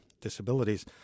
disabilities